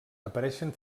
apareixen